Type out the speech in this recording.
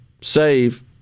save